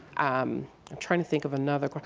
i'm trying to think of another.